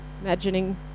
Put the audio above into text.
imagining